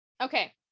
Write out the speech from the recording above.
okay